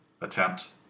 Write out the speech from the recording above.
attempt